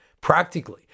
practically